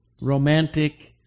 romantic